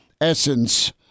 Essence